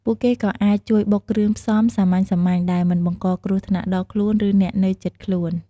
ពួកគេក៏អាចជួយបុកគ្រឿងផ្សំ សាមញ្ញៗដែលមិនបង្កគ្រោះថ្នាក់ដល់ខ្លួន ឬ អ្នកនៅជិតខ្លួន។